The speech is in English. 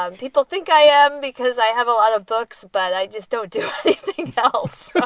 um people think i am because i have a lot of books, but i just don't do anything else